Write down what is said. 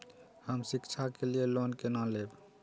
हम शिक्षा के लिए लोन केना लैब?